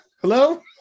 hello